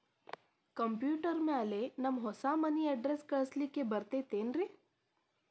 Computer ಮ್ಯಾಲೆ ನಮ್ದು ಹೊಸಾ ಮನಿ ಅಡ್ರೆಸ್ ಕುಡ್ಸ್ಲಿಕ್ಕೆ ಬರತೈತ್ರಿ?